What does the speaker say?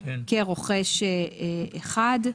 כרוכש אחד.